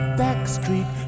backstreet